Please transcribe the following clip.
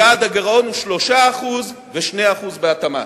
יעד הגירעון הוא 3% ו-2% בהתאמה.